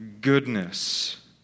goodness